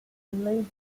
lived